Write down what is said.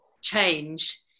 change